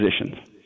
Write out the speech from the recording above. positions